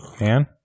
man